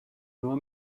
nur